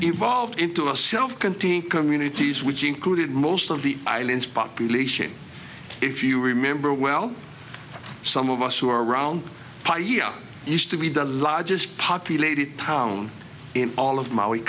evolved into a self contained communities which included most of the island's population if you remember well some of us who are around used to be the largest populated town in all of m